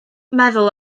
feddwl